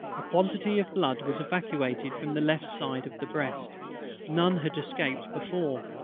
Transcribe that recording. a quantity of blood was evacuated from the left side of the breast none had escaped before.